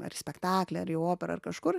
ar į spektaklį ar į operą ar kažkur